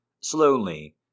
Slowly